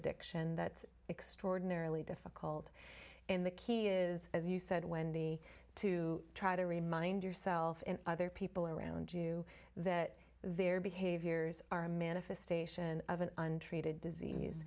addiction that's extraordinarily difficult in the key is as you said wendy to try to remind yourself and other people around you that their behaviors are a manifestation of an untreated disease